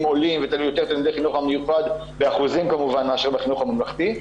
עולים ויותר תלמידי חינוך מיוחד באחוזים מאשר בחינוך הממלכתי.